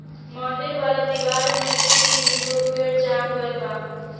मंदिर वाला दिवार में दू तीन गो पेड़ जाम गइल बा